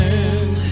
end